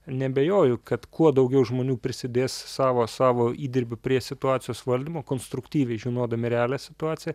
neabejoju kad kuo daugiau žmonių prisidės savo savo įdirbiu prie situacijos valdymo konstruktyviai žinodami realią situaciją